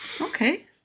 Okay